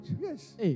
Yes